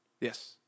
Yes